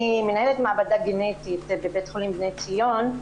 אני מנהלת מעבדה גנטית בבית חולים בני ציון.